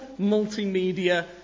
multimedia